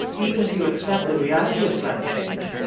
even if you accept the reality of climate change,